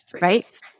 Right